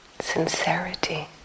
sincerity